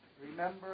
Remember